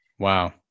Wow